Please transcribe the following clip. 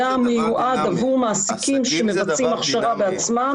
היה מיועד עבור מעסקים שמבצעים הכשרה בעצמם